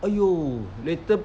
!aiyo! later